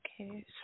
Okay